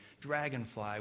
dragonfly